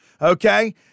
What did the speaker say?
Okay